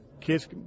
kids